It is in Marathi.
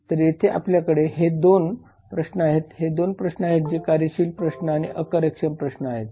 तर येथे आपल्याकडे हे 2 प्रश्न आहेत हे 2 प्रश्न आहेत जे कार्यशील प्रश्न आणि अकार्यक्षम प्रश्न आहेत